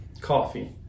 coffee